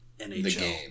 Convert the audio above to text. NHL